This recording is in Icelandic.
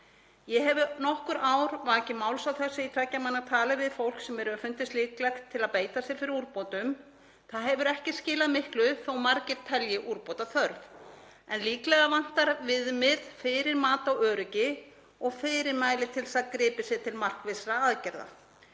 Ég hef í nokkur ár vakið máls á þessu í tveggja manna tali við fólk sem mér hefur fundist líklegt til að beita sér fyrir úrbótum. Það hefur ekki skilað miklu þó að margir telji úrbóta þörf en líklega vantar viðmið fyrir mat á öryggi og fyrirmæli til þess að gripið sé til markvissra aðgerða.